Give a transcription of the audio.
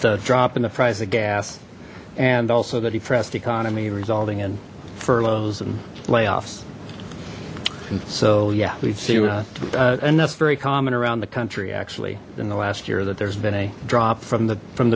the drop in the price of gas and also the depressed economy resolving in furloughs and layoffs so yeah we've seen that and that's very common around the country actually in the last year that there's been a drop from the from